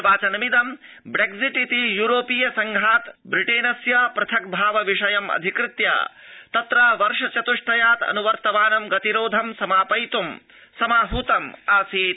निर्वाचनमिदं Brexit इति यूरोपीय संघात् ब्रिटेनस्य पृथग्भाव विषयम् अधिकृत्य तत्र वर्ष चतुष्टयाद अनुवर्तमानं गतिरोधं समापयित् समाहतमासीत्